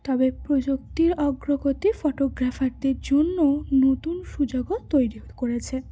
তবে প্রযুক্তির অগ্রগতি ফটোগ্রাফারদের জন্য নতুন সুযোগও তৈরি করেছে